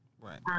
Right